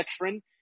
veteran